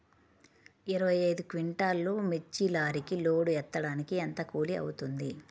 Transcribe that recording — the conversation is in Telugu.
ఇరవై ఐదు క్వింటాల్లు మిర్చి లారీకి లోడ్ ఎత్తడానికి ఎంత కూలి అవుతుంది?